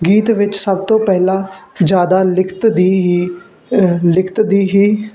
ਗੀਤ ਵਿੱਚ ਸਭ ਤੋਂ ਪਹਿਲਾਂ ਜਿਆਦਾ ਲਿਖਤ ਦੀ ਹੀ ਲਿਖਤ ਦੀ ਹੀ